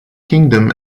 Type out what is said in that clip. kingdom